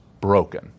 broken